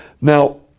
Now